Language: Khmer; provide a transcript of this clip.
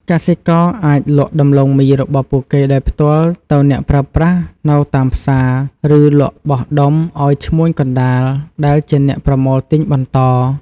កសិករអាចលក់ដំឡូងមីរបស់ពួកគេដោយផ្ទាល់ទៅអ្នកប្រើប្រាស់នៅតាមផ្សារ ឬលក់បោះដុំឱ្យ ឈ្មួញកណ្ដាល ដែលជាអ្នកប្រមូលទិញបន្ត។